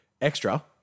extra